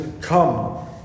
come